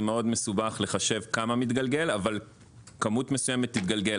זה מאוד מסובך לחשב כמה מתגלגל אבל כמות מסוימת תתגלגל.